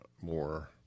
more